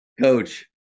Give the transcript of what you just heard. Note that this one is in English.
coach